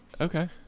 Okay